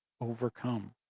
overcome